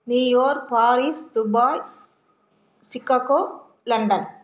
New York Paris Dubai Chicago London